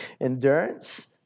endurance